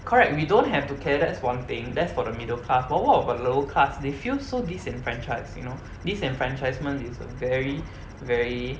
correct we don't have to care that's one thing that's for the middle class but what about the lower class they feel so disenfranchised you know disenfranchisement is a very very